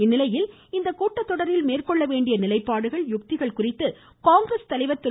இந்நிலையில் இக்கூட்டத்தொடரில் மேற்கொள்ள வேண்டிய நிலைப்பாடுகள் யுக்திகள் குறித்து காங்கிரஸ் தலைவர் திரு